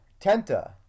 Tenta